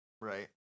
right